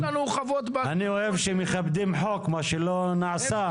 אני אוהב שמכבדים חוק מה שלא נעשה.